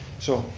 so,